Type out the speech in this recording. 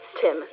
Tim